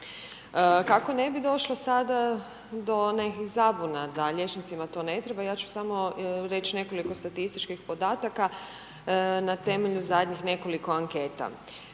Kako ne bi došlo sada do nekih zabuna da liječnicima to ne treba ja ću samo reći nekoliko statističkih podataka na temelju zadnjih nekoliko anketa.